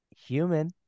human